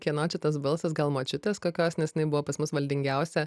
kieno čia tas balsas gal močiutės kokios nes jinai buvo pas mus valdingiausia